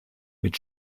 mit